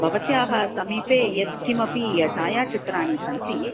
भवत्याः समीपे यत्किमपि छायाचित्राणि सन्ति